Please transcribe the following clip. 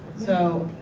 so,